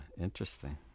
interesting